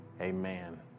Amen